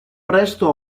presto